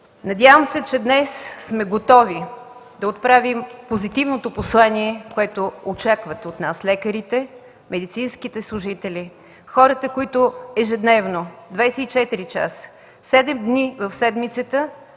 Надявам се, че днес сме готови да отправим позитивното послание, което очакват от нас лекарите, медицинските служители, хората, които ежедневно – 24 часа, седем дни в седмицата,